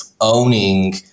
owning